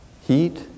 Heat